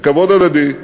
לכבוד הדדי,